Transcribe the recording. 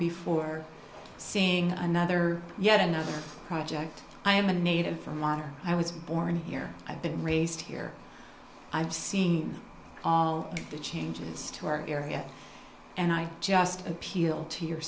before seeing another yet another project i am a native from our i was born here i've been raised here i've seen all the changes to our area and i just appeal to your